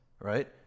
right